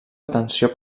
atenció